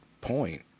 point